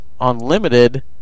Unlimited